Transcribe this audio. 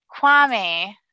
Kwame